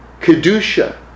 Kedusha